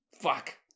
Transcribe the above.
Fuck